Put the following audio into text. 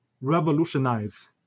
revolutionize